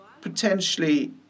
potentially